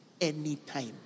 anytime